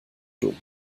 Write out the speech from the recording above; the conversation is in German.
dumm